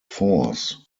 force